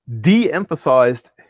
de-emphasized